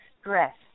stress